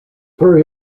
per